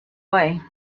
way